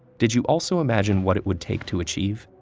did you also imagine what it would take to achieve?